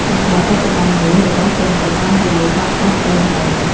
ប៉ុន្តែបច្ចុប្បន្ននេះ របស់ទាំងនោះបានរលាយបាត់អស់ទៅហើយ។